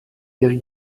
ihr